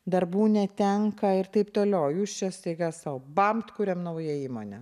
darbų netenka ir taip toliau jūs čia staiga sau bambt kuriam naują įmonę